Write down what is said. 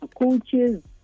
coaches